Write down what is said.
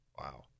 Wow